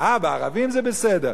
אה, בערבים, זה בסדר.